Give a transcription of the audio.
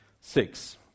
Six